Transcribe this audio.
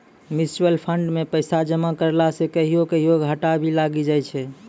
mutual fund मे पैसा जमा करला से कहियो कहियो घाटा भी लागी जाय छै